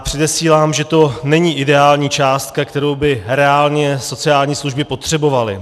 Předesílám, že to není ideální částka, kterou by reálně sociální služby potřebovaly.